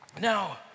Now